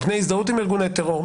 מפני הזדהות עם ארגוני טרור,